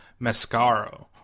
Mascaro